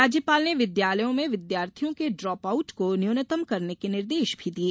राज्यपाल ने विद्यालयों में विद्यार्थियों के ड्रॉप आउट को न्यूनतम करने के निर्देश भी दिये